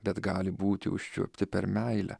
bet gali būti užčiuopti per meilę